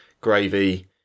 gravy